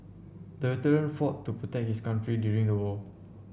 the veteran fought to protect his country during the war